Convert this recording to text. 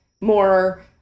more